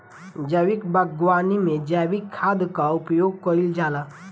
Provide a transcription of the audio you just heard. जैविक बागवानी में जैविक खाद कअ उपयोग कइल जाला